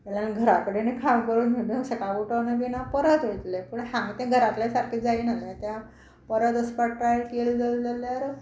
वयल्यान घरा कडेनूय काम करून सुद्दां हांव सकाळ उठोन बीन हांव परत वयतलें पूण हांगां तें घरांतले सारकें जायना जालें तें हांव परत वचपाक ट्राय केल जालें जाल्यार